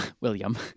William